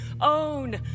own